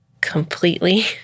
completely